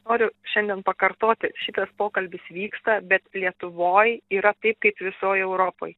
noriu šiandien pakartoti šitas pokalbis vyksta bet lietuvoj yra taip kaip visoj europoj